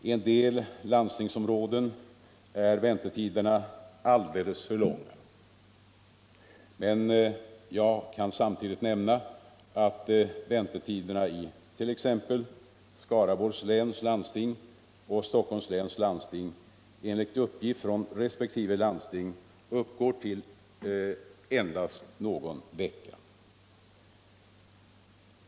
I en del landstingsområden är väntetiderna alldeles för långa, men jag kan samtidigt nämna att väntetiderna it.ex. Skaraborgs och Stockholms läns landsting enligt uppgift från resp. landsting uppgår till endast någon vecka.